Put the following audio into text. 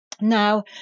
Now